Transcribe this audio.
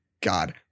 god